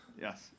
Yes